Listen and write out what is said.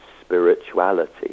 spirituality